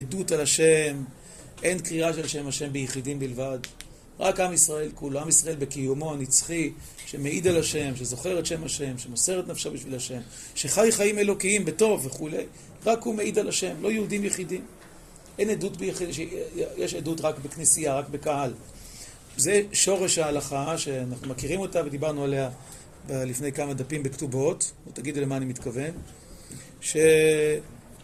עדות על השם, אין קריאה של שם השם ביחידים בלבד. רק עם ישראל כולו, עם ישראל בקיומו הנצחי, שמעיד על השם, שזוכר את שם השם, שמוסר את נפשו בשביל השם, שחי חיים אלוקיים בטוב וכולי, רק הוא מעיד על השם, לא יהודים יחידים. אין עדות ביחידים, יש עדות רק בכנסייה, רק בקהל. זה שורש ההלכה שאנחנו מכירים אותה ודיברנו עליה לפני כמה דפים בכתובות, תגידו למה אני מתכוון, ש...